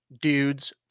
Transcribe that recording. dudes